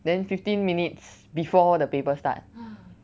then fifteen minutes before the paper start